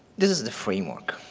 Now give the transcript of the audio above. this is the framework.